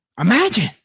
Imagine